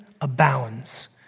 abounds